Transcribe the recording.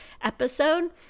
episode